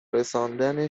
رساندن